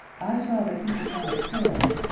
i saw the housatonic hurled,